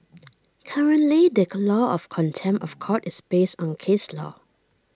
currently the law of contempt of court is based on case law